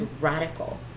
radical